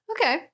Okay